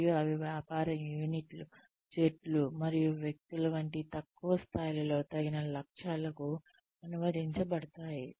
మరియు అవి వ్యాపార యూనిట్లు జట్లు మరియు వ్యక్తులు వంటి తక్కువ స్థాయిలలో తగిన లక్ష్యాలకు అనువదించబడతాయి